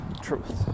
truth